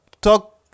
talk